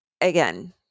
again